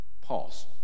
Pause